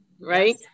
Right